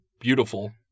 beautiful